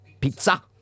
Pizza